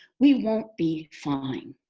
we won't be fine.